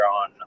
on